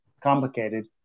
complicated